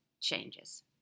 changes